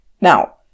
Now